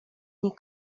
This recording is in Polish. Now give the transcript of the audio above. nie